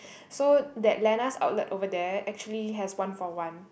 so that Lena's outlet over there actually has one for one